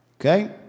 Okay